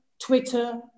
Twitter